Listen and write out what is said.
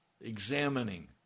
examining